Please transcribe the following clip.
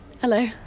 Hello